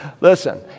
listen